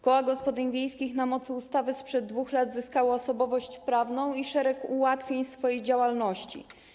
Koła gospodyń wiejskich na mocy ustawy sprzed 2 lat zyskały osobowość prawną i szereg ułatwień w swojej działalności.